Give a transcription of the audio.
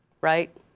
right